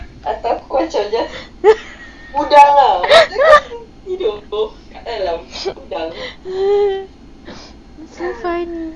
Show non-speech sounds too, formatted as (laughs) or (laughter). (laughs)